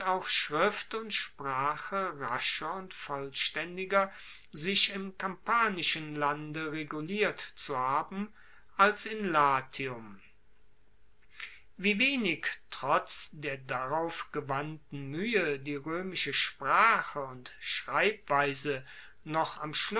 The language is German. schrift und sprache rascher und vollstaendiger sich im kampanischen lande reguliert zu haben als in latium wie wenig trotz der darauf gewandten muehe die roemische sprache und schreibweise noch